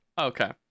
Okay